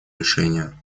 решение